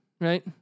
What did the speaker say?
right